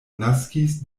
naskis